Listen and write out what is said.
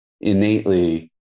innately